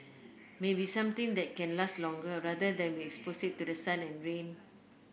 maybe something that can last longer rather than we expose it to the sun and rain